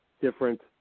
different